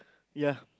ya